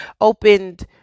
opened